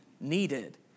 needed